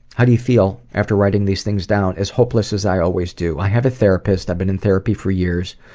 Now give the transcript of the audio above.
how do you feel after writing these things down? as hopeless as i always do. i have a therapist. i've been in therapy for years.